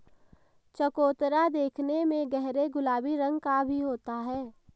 चकोतरा देखने में गहरे गुलाबी रंग का भी होता है